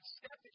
step